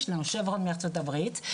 יש לנו "Chevron" מארצות הברית,